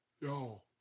Yo